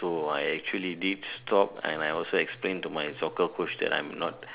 so I actually did stop and I also explain to my soccer Coach that I'm not